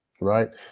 right